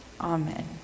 Amen